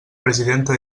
presidenta